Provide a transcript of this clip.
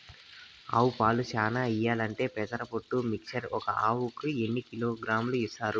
ఆవులు పాలు చానా ఇయ్యాలంటే పెసర పొట్టు మిక్చర్ ఒక ఆవుకు ఎన్ని కిలోగ్రామ్స్ ఇస్తారు?